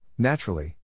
Naturally